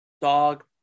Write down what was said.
Dog